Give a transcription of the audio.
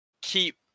keep